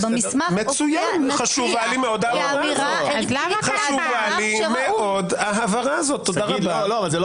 אני מנסה להבין את זה בדיוק.